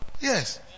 Yes